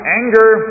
anger